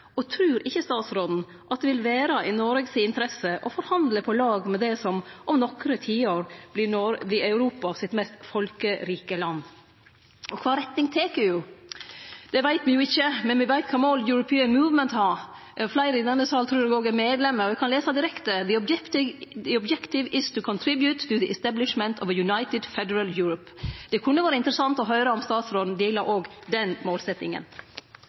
Trur ikkje statsråden at det vil vere i Noreg si interesse å forhandle på lag med det som om nokre tiår vert det mest folkerike landet i Europa? Og kva retning tek EU? Det veit me jo ikkje, men me veit kva mål European Movement har. Fleire i denne salen trur eg òg er medlem. Eg kan lese direkte: objective is to contribute to the establishment of a united federal Europe». Det kunne vore interessant å høyre om statsråden deler òg den